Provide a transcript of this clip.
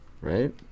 right